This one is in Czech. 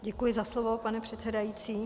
Děkuji za slovo, pane předsedající.